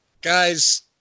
guys